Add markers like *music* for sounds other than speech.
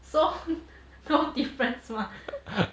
so *laughs* no difference mah